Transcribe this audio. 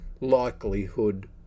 likelihood